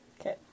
Okay